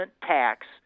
tax